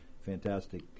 Fantastic